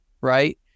right